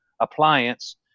appliance